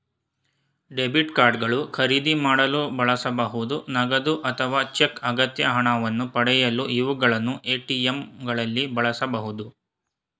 debit card ಗಳು ಖರೀದಿ ಮಾಡಲು ಬಳಸಬಹುದು ನಗದು ಅಥವಾ ಚೆಕ್ ಅಗತ್ಯ ಹಣವನ್ನು ಪಡೆಯಲು ಇವುಗಳನ್ನು ಎ.ಟಿ.ಎಂ ಗಳಲ್ಲಿ ಬಳಸಬಹುದು